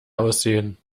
aussehen